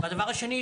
והדבר השני,